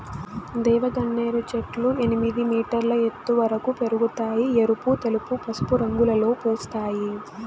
దేవగన్నేరు చెట్లు ఎనిమిది మీటర్ల ఎత్తు వరకు పెరగుతాయి, ఎరుపు, తెలుపు, పసుపు రంగులలో పూస్తాయి